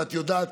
ואת יודעת,